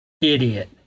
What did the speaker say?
Idiot